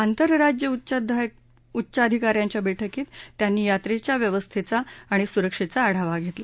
आंतरराज्य उच्चाधिका यांच्या बैठकीत त्यांनी यात्रेच्या व्यवस्थेचा आणि सुरक्षेचा आढावा घेतला